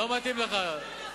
לא מתאים לך,